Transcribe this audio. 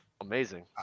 Amazing